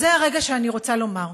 זה הרגע שאני רוצה לומר: